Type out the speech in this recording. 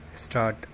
start